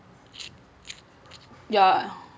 yeah